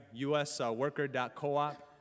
usworker.coop